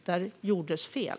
Där gjordes fel.